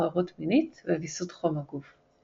עוררות מינית וויסות חום הגוף.